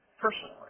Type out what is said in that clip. personally